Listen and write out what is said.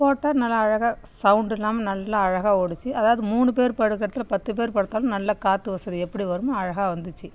போட்டால் நல்லா அழகாக சௌண்ட் இல்லாமல் நல்லா அழகாக ஓடுச்சு அதாவது மூணு பேர் படுக்கிற இடத்துல பத்து பேர் படுத்தாலும் நல்ல காற்று வசதி எப்படி வருமோ அழகாக வந்துச்சு